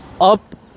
up